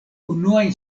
unuajn